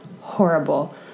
horrible